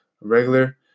regular